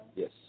Yes